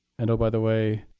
and oh, by the way,